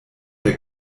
der